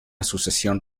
sucesión